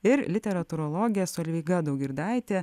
ir literatūrologė solveiga daugirdaitė